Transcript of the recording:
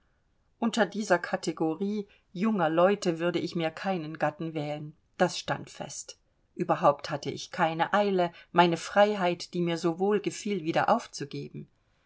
unter dieser kategorie junger leute würde ich mir keinen gatten wählen das stand fest überhaupt hatte ich keine eile meine freiheit die mir so wohl gefiel wieder aufzugeben